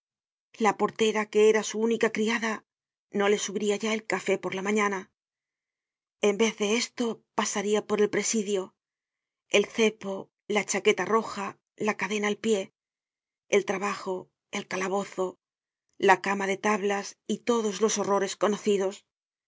la portera que era su única criada no le subiria ya el café por la mañana en vez de esto pasaria por el presidio el cepo la chaqueta roja la cadena al pié el trabajo el calabozo la cama de tablas y todos los horrores conocidos